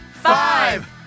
Five